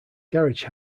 garage